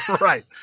Right